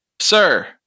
sir